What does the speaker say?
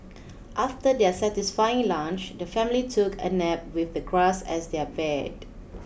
after their satisfying lunch the family took a nap with the grass as their bed